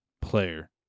player